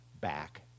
back